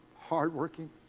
hardworking